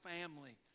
family